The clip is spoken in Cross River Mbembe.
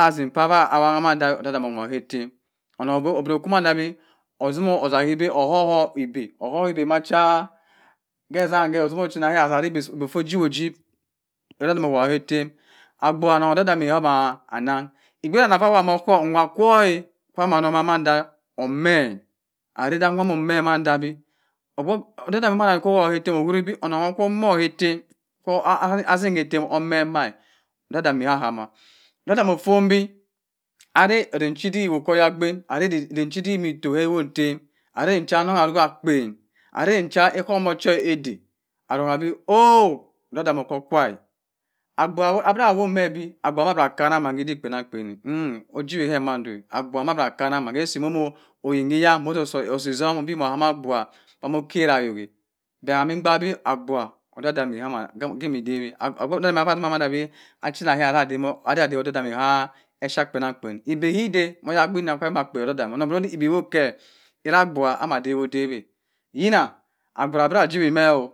atsim kava awanna mada be damo ke ettem onnon oku maada bi otzimo oza iba ohowo iba macha ke ezam me asa ara i ba so ojiwi oji obga dani ava awowa mo ohohm nwa kwu cha amanni, manda ome ara da nwa omo mẹ manda bi odan-dami ettem owuri bi onnon fo ohowo ka ettem, kasim ettem omẹ ma, odam-danni ofon di ara aben cha odik ọnọwo ma oyabink, ara odik chi ma eto mẹ awon tam ara ida cha nonno aroki akpen ara aben cha ohohm wo kwu ada arrondi oọ adam-dani oko twa abgubha ava owow medi abgubha ma ko okanna ki odik kpanan kpu, ojiwi mẹ mundo abgubha ke wo si momo osi ozum bi mo hama abgubha cha mo kari ayok-a, odam-odami kama adawi, kafa awobumanda bi atza bami odam odami ke e phy kpanankpan ida ki ba ma oyabik cha bẹ ma akpa odan-odami onnon ko dan bẹ ida awok-ke atzuka abgubha asa dawi odow-a yina